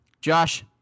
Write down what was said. Josh